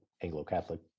Anglo-Catholic